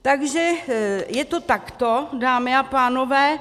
Takže je to takto, dámy a pánové.